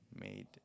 made